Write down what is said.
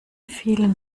vielen